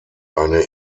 eine